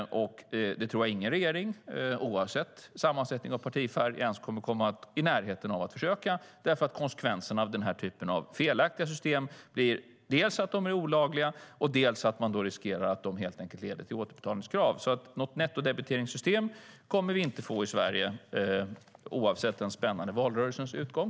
Det tror jag inte att någon regering oavsett sammansättning och partifärg kommer att komma i närheten av att försöka eftersom konsekvenserna av denna typ av felaktiga system blir dels att de är olagliga, dels att man riskerar att de leder till återbetalningskrav. Något nettodebiteringssystem kommer vi inte att få i Sverige, oavsett den spännande valrörelsens utgång.